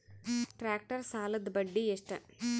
Tractor ಸಾಲದ್ದ ಬಡ್ಡಿ ಎಷ್ಟ?